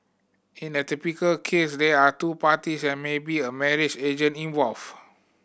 in a typical case they are two parties and maybe a marriage agent involved